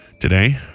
today